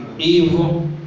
evil